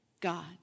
God